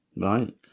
right